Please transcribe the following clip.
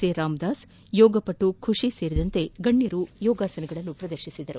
A Ramdas yoga ಪಟು ಖುಷಿ ಸೇರಿದಂತೆ ಗಣ್ಯರು ಯೋಗ ಪ್ರದರ್ಶಿಸಿದರು